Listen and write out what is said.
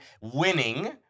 winning